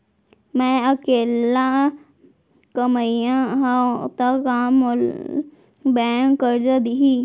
मैं अकेल्ला कमईया हव त का मोल बैंक करजा दिही?